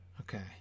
Okay